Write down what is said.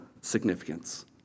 significance